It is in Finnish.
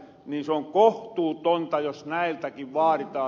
se on kohtuutonta jos näiltäkin vaaritaan